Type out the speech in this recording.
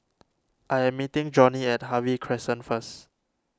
I am meeting Johnnie at Harvey Crescent first